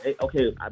okay